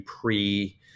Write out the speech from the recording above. pre